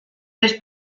tres